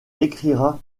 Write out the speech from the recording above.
écrira